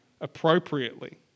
appropriately